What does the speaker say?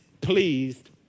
pleased